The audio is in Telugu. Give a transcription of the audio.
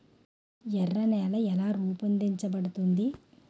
ఎర్ర నేల ఎలా రూపొందించబడింది?